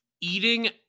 Eating